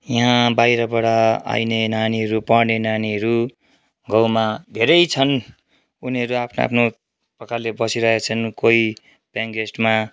यहाँ बाहिरबाट आइने नानीहरू पढ्ने नानीहरू गाउँमा धेरै छन् उनीहरू आफ्नो आफ्नो प्रकारले बसिरहेछन् कोही पेयिङ गेस्टमा